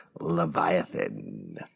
Leviathan